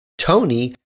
Tony